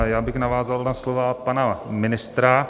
Já bych navázal na slova pana ministra.